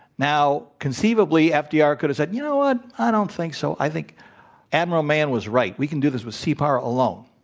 now, conceivably, ah fdr could have said, you know what? i don't think so. i think admiral mann was right. we can do this with sea power alone.